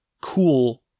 cool